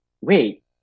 wait